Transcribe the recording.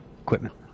equipment